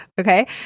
Okay